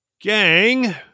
gang